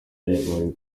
bari